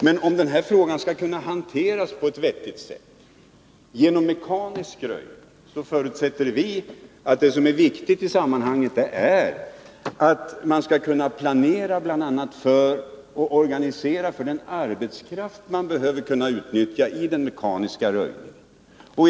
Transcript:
Men om denna fråga skall kunna hanteras på ett vettigt sätt, förutsätter vi att man skall kunna planera och organisera bl.a. för den arbetskraft man behöver kunna utnyttja vid mekanisk röjning.